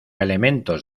elementos